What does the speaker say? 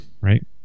Right